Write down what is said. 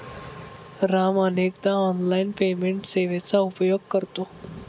राम अनेकदा online payment सेवेचा उपयोग करतो